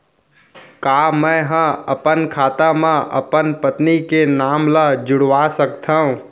का मैं ह अपन खाता म अपन पत्नी के नाम ला जुड़वा सकथव?